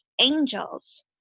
angels